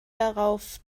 darauf